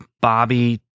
Bobby